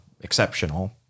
exceptional